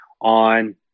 on